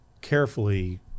carefully